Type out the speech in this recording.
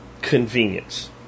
convenience